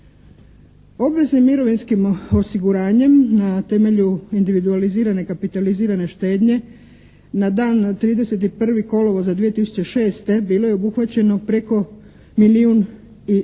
Obaveze mirovinskim osiguranjem na temelju individualizirane kapitalizirane štednje na dan 31. kolovoza 2006. bilo je obuhvaćeno preko milijun i 293